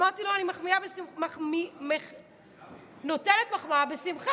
ואמרתי לו: אני נותנת מחמאה בשמחה,